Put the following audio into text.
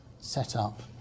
setup